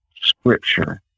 scripture